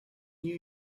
new